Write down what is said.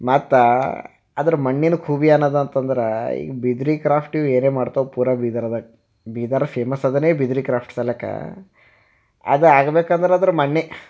ಮತ್ತು ಅದರ ಮಣ್ಣಿನ ಖೂಬಿ ಏನಿದೆ ಅಂತಂದ್ರೆ ಈಗ ಬಿದ್ರಿ ಕ್ರಾಪ್ಟಿವು ಏನೇ ಮಾಡ್ತಾವ ಪೂರಾ ಬೀದರ್ದಾಗ ಬೀದರ ಫೇಮಸ್ ಅದನೆ ಬಿದ್ರಿ ಕ್ರಾಫ್ಟ್ ಸಲ್ಲೇಕ ಅದು ಆಗ್ಬೇಕಂದ್ರೆ ಅದ್ರ ಮಣ್ಣೇ